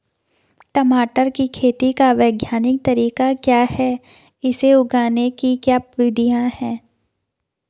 टमाटर की खेती का वैज्ञानिक तरीका क्या है इसे उगाने की क्या विधियाँ हैं?